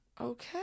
Okay